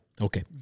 Okay